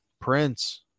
Prince